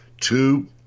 two